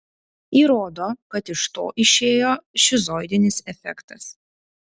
įrodo kad iš to išėjo šizoidinis efektas